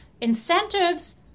incentives